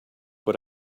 but